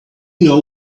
know